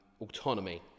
autonomy